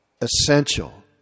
essential